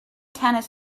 tennis